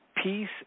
peace